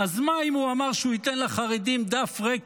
אז מה אם הוא אמר שהוא ייתן לחרדים דף ריק